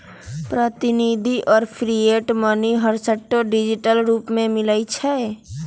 प्रतिनिधि आऽ fiat money हरसठ्ठो डिजिटल रूप में मिलइ छै